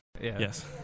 Yes